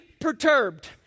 perturbed